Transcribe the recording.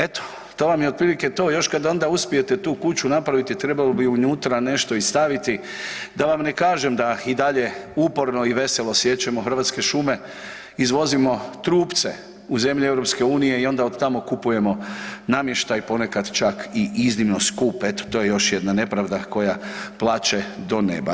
Eto, to vam je otprilike to, još kad onda uspijete tu kuću napraviti, trebalo bi unutra nešto i staviti, da vam ne kažem da i dalje uporno i veselo siječemo hrvatske šume, izvozimo trupce u zemlje Europske unije i onda od tamo kupujemo namještaj, ponekad čak i iznimno skup, eto to je još jedna nepravda koja plače do neba.